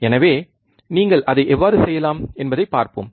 எனவே நீங்கள் அதை எவ்வாறு செய்யலாம் என்பதைப் பார்ப்போம்